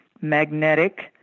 magnetic